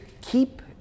keep